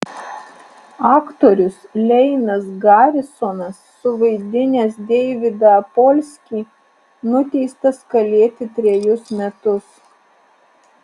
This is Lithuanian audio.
aktorius leinas garisonas suvaidinęs deividą apolskį nuteistas kalėti trejus metus